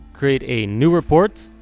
create a new report.